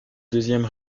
deuxième